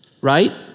right